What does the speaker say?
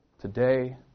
Today